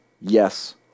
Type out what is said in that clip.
yes